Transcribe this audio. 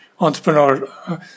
Entrepreneur